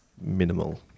minimal